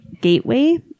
Gateway